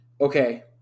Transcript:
Okay